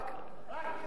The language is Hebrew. רק ישראל.